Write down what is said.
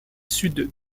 sud